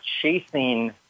chasing